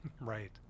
Right